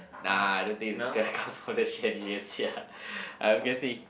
nah I don't think it's because of the chandelier Sia I am guessing